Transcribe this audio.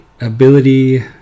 ability